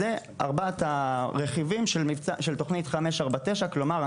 אלה ארבעת הרכיבים של תוכנית 549. כלומר,